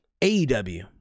AEW